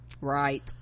right